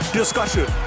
discussion